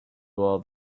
all